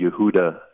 Yehuda